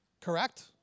correct